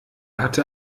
hatte